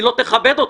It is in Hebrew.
היא לא תכבד אותו,